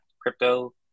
Crypto